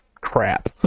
crap